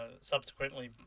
subsequently